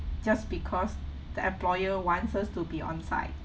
just because the employer wants us to be on site